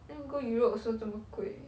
then go europe also 这么贵 eh